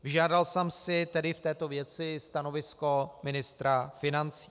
Vyžádal jsem si tedy v této věci stanovisko ministra financí.